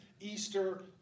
Easter